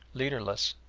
leaderless,